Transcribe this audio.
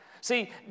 See